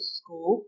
school